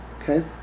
Okay